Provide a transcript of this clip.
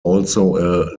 also